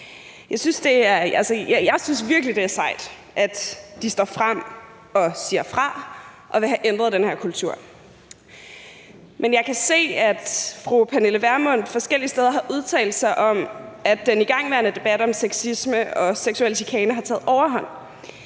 Jeg synes virkelig, det er sejt, at de står frem og siger fra, og at de vil have ændret den her kultur. Men jeg kan se, at fru Pernille Vermund forskellige steder har udtalt sig om, at den igangværende debat om sexisme og seksuel chikane har taget overhånd.